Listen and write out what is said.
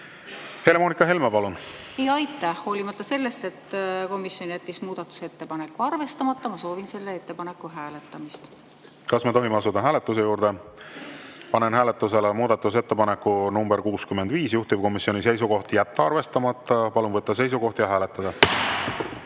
ettepaneku hääletamist. Aitäh! Hoolimata sellest, et komisjon jättis muudatusettepaneku arvestamata, soovin ma selle ettepaneku hääletamist. Kas me tohime asuda hääletuse juurde? Panen hääletusele muudatusettepaneku nr 65, juhtivkomisjoni seisukoht on jätta arvestamata. Palun võtta seisukoht ja hääletada!